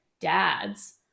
dads